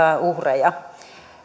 uhreja